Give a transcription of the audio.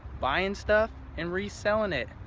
buying stuff and reselling it.